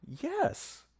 Yes